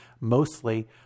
mostly